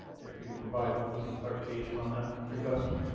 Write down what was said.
if we can provide hopefully some clarification on that request. and